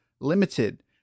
Limited